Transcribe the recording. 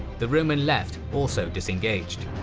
the roman left also disengaged.